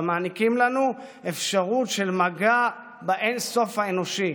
המעניקות לנו אפשרות של מגע באין-סוף האנושי,